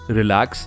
relax